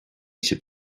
sibh